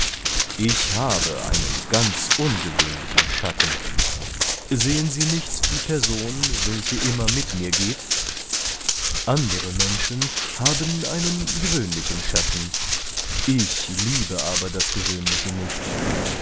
ich habe gerade einen ganz ungewöhnlichen schatten sehen sie nicht die person welche immer mit mir geht andere menschen haben einen gewöhnlichen schatten ich liebe aber das gewöhnliche nicht